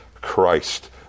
Christ